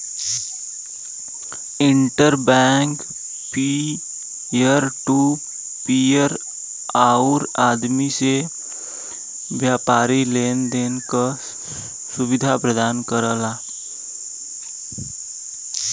inter bank peer to peer आउर आदमी से व्यापारी लेन देन क सुविधा प्रदान करला